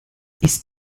ist